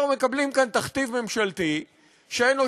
אנחנו מקבלים כאן תכתיב ממשלתי שאין לו